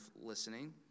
listening